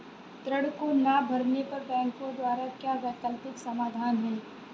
ऋण को ना भरने पर बैंकों द्वारा क्या वैकल्पिक समाधान हैं?